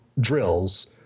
drills